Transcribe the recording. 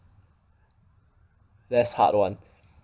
less hard one